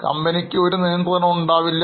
കമ്പനിക്ക് ഒരു നിയന്ത്രണവും ഉണ്ടാകില്ല